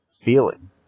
feeling